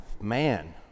man